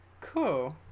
cool